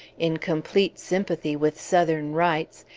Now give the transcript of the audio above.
in complete sympathy with southern rights,